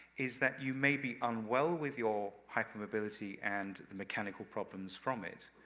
is that you may be unwell with your hypermobility, and the mechanical problems from it,